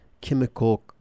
chemical